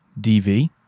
DV